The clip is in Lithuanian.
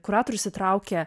kuratorius įtraukia